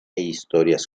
historias